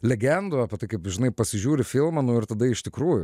legendų apie tai kaip žinai pasižiūri filmą nu ir tada iš tikrųjų